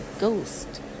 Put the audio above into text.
ghost